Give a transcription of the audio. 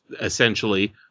essentially